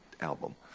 album